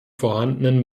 vorhandenen